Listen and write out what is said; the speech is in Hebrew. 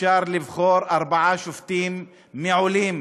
אפשר לבחור ארבעה שופטים מעולים